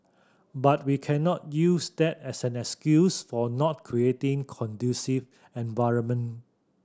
but we cannot use that as an excuse for not creating conducive environment